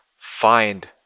find